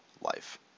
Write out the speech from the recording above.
life